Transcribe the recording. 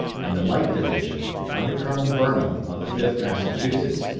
and the light division, under colonel burnham of the fifth massachusetts,